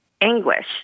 anguish